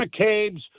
McCabe's